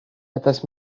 atas